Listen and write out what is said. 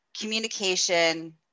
Communication